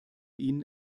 ihnen